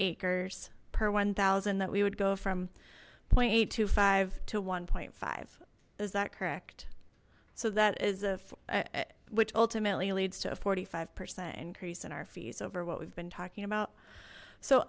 acres per one thousand that we would go from point eight to five to one point five is that correct so that is a which ultimately leads to a forty five percent increase in our fees over what we've been talking about so